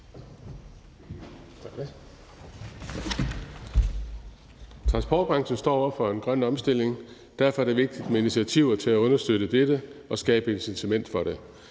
Transportbranchen står over for en grøn omstilling, og derfor er det vigtigt med initiativer til at understøtte dette og skabe incitament for det.